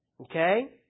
okay